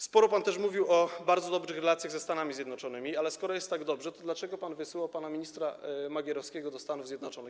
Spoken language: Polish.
Sporo pan też mówił o bardzo dobrych relacjach ze Stanami Zjednoczonymi, ale skoro jest tak dobrze, to dlaczego pan wysyła pana ministra Magierowskiego do Stanów Zjednoczonych?